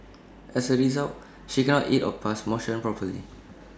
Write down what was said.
as A result she cannot eat or pass motion properly